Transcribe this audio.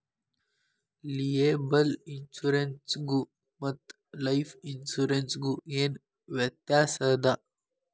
Liable insurance ಗು ಮತ್ತ life insurance ಗು ಏನ್ ವ್ಯಾತ್ಯಾಸದ?